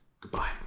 Goodbye